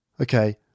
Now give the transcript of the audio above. okay